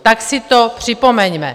Tak si to připomeňme.